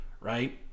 Right